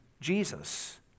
Jesus